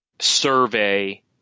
survey